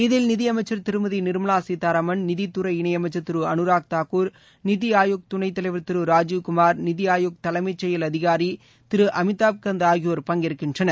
இதில் நிதியமைச்சர் திருமதி நிர்மலா சீதாராமன் நிதித்துறை இணையமைச்சர் திரு அனுராக் தாக்கூர் நித்தி ஆயோக் துணைத் தலைவர் திரு ராஜீவ்குமார் நித்தி ஆயோக் தலைமைச் செயல் அதிகாரி திரு அமிதாப் கந்த் ஆகியோர் பங்கேற்கின்றனர்